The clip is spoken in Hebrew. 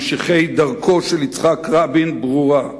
ממשיכי דרכו של יצחק רבין, ברורה: